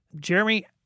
Jeremy